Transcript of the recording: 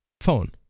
phone